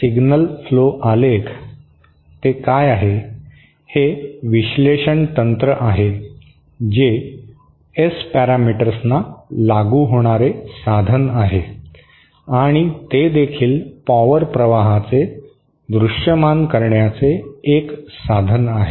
तर signal flow आलेख ते काय आहे हे विश्लेषण तंत्र आहे जे एस पॅरामीटर्सना लागू होणारे साधन आहे आणि ते देखील पॉवर प्रवाहाचे दृश्यमान करण्याचे एक साधन आहे